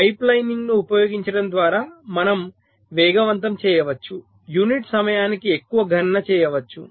పైప్లైనింగ్ను ఉపయోగించడం ద్వారా మనం వేగవంతం చేయవచ్చు యూనిట్ సమయానికి ఎక్కువ గణన చేయవచ్చు